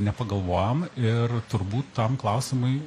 nepagalvojom ir turbūt tam klausimui